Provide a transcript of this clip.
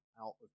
out